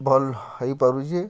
ଭଲ୍ ହେଇପାରୁଛେ